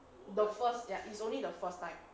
the first ya it's only the first time